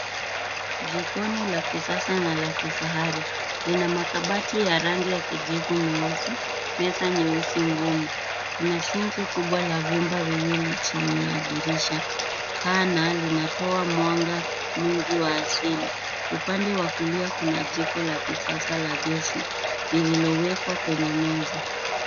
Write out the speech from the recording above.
Jikoni la kisasa na la kifahari lina makabati ya rangi ya kijivu meusi, meza nyeusi ngumu kuna sinki kubwa la vyumba viwili chini ya dirisha pana linatoa mwanga mwingi wa asili. Upande wa kulia kuna jiko la kisasa la gesi lililowekwa kwenye meza.